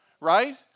right